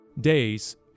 days